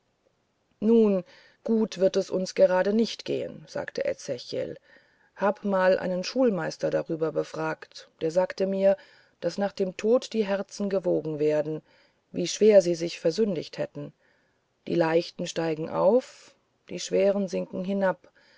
nun gut wird es uns gerade nicht gehen sagte ezechiel hab mal einen schulmeister darüber befragt der sagte mir daß nach dem tod die herzen gewogen werden wie schwer sie sich versündiget hätten die leichten steigen auf die schweren sinken hinab